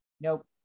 Nope